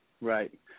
right